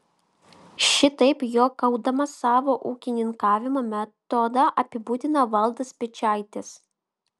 šitaip juokaudamas savo ūkininkavimo metodą apibūdina valdas piečaitis